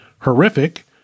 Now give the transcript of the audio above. horrific